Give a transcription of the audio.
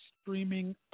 streaming